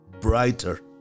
brighter